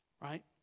right